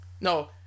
No